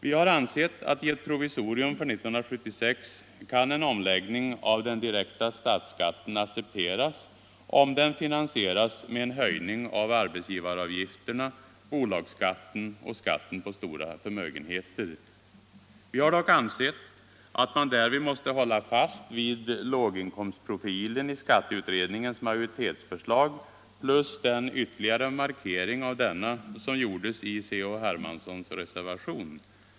Vi har ansett att i ett provisorium för 1976 kan en omläggning av den direkta statsskatten accepteras om den finansieras med en höjning av arbetsgivaravgifterna, bolagsskatten och skatten på stora förmögenheter. Vi har dock ansett att man därvid måste hålla fast vid låginkomstprofilen i skatteutredningens majoritetsförslag plus den ytterligare markering av denna som gjordes i C.-H. Hermanssons reservation.